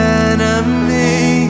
enemy